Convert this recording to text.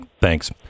Thanks